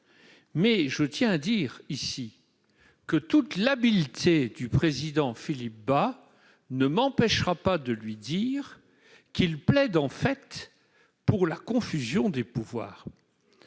la volonté des communes. Toute l'habileté du président Philippe Bas ne m'empêchera pas de lui dire qu'il plaide en fait pour la confusion des pouvoirs